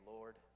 Lord